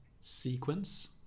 Sequence